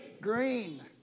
Green